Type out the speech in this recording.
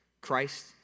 Christ